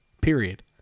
period